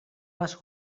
les